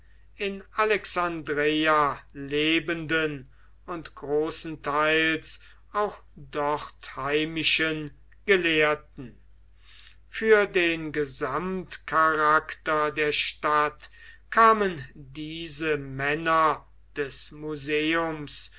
in alexandreia lebenden und großenteils auch dort heimischen gelehrten für den gesamtcharakter der stadt kamen diese männer des museums